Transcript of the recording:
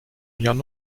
elften